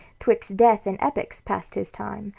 twixt death and epics passed his time,